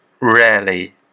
rarely